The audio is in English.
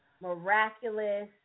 miraculous